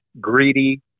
greedy